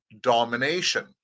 domination